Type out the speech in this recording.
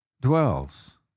dwells